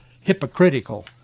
hypocritical